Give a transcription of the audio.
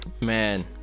man